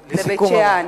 בבית-שאן,